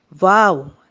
wow